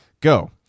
go